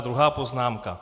A druhá poznámka.